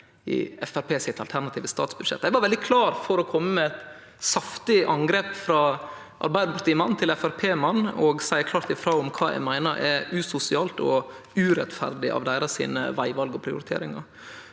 sitt alternative statsbudsjett. Eg var veldig klar for å kome med saftige angrep, frå Arbeidarparti-mann til Framstegsparti-mann, og seie klart ifrå om kva eg meiner er usosialt og urettferdig av deira vegval og prioriteringar.